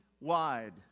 wide